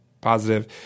positive